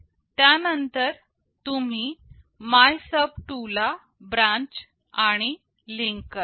त्यानंतर तुम्ही MYSUB2 ला ब्रांच आणि लिंक करता